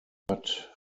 but